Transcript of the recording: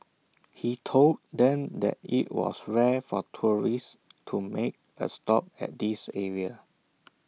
he told them that IT was rare for tourists to make A stop at this area